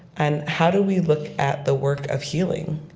and how do we look at the work of healing?